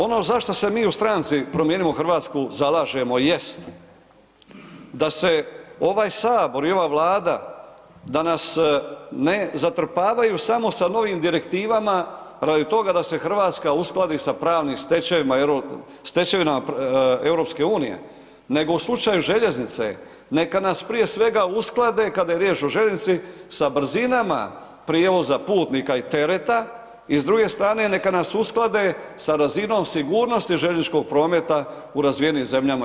Ono za što se mi u Stranci Promijenimo Hrvatsku jest, da se ovaj sabor i ova Vlada da nas ne zatrpavaju samo sa novim direktivama radi toga da se Hrvatska uskladi sa pravnim stečevinama, stečevinama EU, nego u slučaju željeznice neka nas prije svega usklade kada je riječ o željeznici sa brzinama prijevoza putnika i tereta i s druge strane neka nas usklade sa razinom sigurnosti željezničkog prometa u razvijenim zemljama EU.